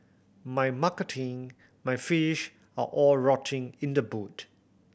my marketing my fish are all rotting in the boot